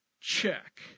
check